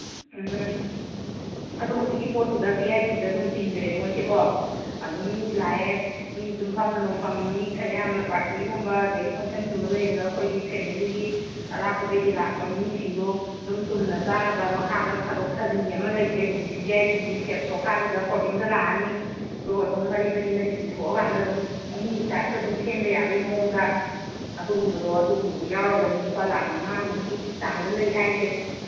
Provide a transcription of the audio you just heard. ꯎꯝ ꯑꯗꯨ ꯍꯧꯖꯤꯛꯀꯤ ꯄꯣꯠꯇꯨꯗ ꯚꯤ ꯑꯥꯏ ꯄꯤꯗ ꯑꯗꯨꯝ ꯆꯤꯡꯈꯔꯦ ꯃꯣꯏꯁꯦꯀꯣ ꯑꯗꯨꯝ ꯃꯤ ꯂꯥꯛꯑꯦ ꯃꯤ ꯇꯨꯝꯐꯝ ꯅꯨꯡꯐꯝ ꯃꯤ ꯈꯔ ꯌꯥꯝꯅ ꯄꯥꯔꯇꯤꯒꯨꯝꯕ ꯑꯗꯒꯤ ꯐꯪꯁꯟꯒꯨꯝꯕ ꯂꯩꯕꯗ ꯑꯩꯈꯣꯏꯒꯤ ꯐꯦꯃꯤꯂꯤꯒꯤ ꯑꯔꯥꯞꯄꯗꯒꯤ ꯂꯥꯛꯄ ꯃꯤꯁꯤꯡꯗꯣ ꯑꯗꯨꯝ ꯇꯨꯝꯅ ꯆꯥꯅꯕ ꯃꯈꯥꯗ ꯊꯥꯗꯣꯛ ꯊꯥꯖꯤꯟꯒꯤ ꯑꯃ ꯂꯩꯇ꯭ꯔꯦ ꯍꯧꯖꯤꯛꯀꯤ ꯚꯤ ꯑꯥꯏ ꯄꯤꯒꯤ ꯁꯦꯠ ꯁꯣꯐꯥꯁꯤꯗ ꯐꯣꯜꯗꯤꯡꯗ ꯂꯥꯛꯑꯅꯤ ꯑꯗꯨ ꯑꯗꯨꯝ ꯃꯔꯤ ꯃꯔꯤ ꯃꯔꯤ ꯆꯤꯡꯊꯣꯛꯑꯀꯥꯟꯗ ꯑꯗꯨꯝ ꯐꯃꯨꯡꯒꯤ ꯇꯥꯏꯞꯇ ꯑꯗꯨꯝ ꯁꯦꯝꯕ ꯌꯥꯕꯒꯤ ꯃꯑꯣꯡꯗ ꯑꯗꯨꯒꯨꯝꯕꯗꯣ ꯑꯗꯨꯒꯨꯝꯕꯗꯣ ꯌꯥꯎꯔꯒꯅꯤ ꯂꯨꯄꯥ ꯂꯥꯈ ꯃꯉꯥꯃꯨꯛꯀꯤ ꯆꯥꯡꯗ ꯂꯩ ꯍꯥꯏꯁꯦ